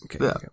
Okay